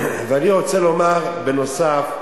בנוסף,